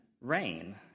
rain